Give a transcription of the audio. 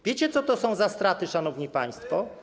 Wiecie, co to są za straty, szanowni państwo?